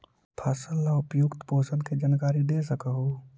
फसल ला उपयुक्त पोषण के जानकारी दे सक हु?